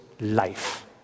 life